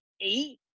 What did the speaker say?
eight